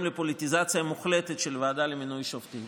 לפוליטיזציה מוחלטת של הוועדה למינוי שופטים.